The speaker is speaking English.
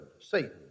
Satan